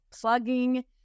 plugging